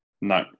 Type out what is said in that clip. No